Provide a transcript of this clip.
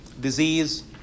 disease